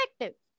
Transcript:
effective